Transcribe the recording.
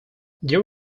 there